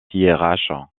thiérache